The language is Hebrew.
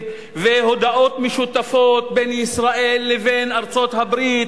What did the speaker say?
והודעות משותפות בין ישראל לבין ארצות-הברית,